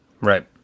right